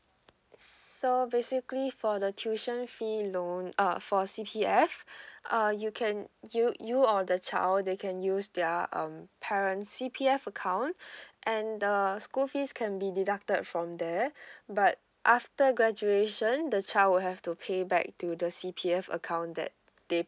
so basically for the tuition fee loan uh for C_P_F uh you can you you or the child they can use their um parent's C_P_F account and the school fees can be deducted from there but after graduation the child will have to pay back to the C_P_F account that they